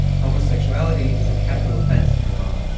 homosexuality is a capital offence in iran.